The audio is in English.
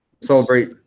Celebrate